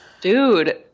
dude